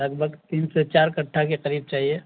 لگ بھگ تین سے چار کٹھا کے قریف چاہیے